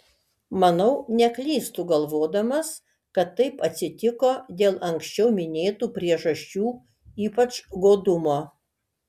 manau neklystu galvodamas kad taip atsitiko dėl anksčiau minėtų priežasčių ypač godumo